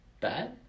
Bad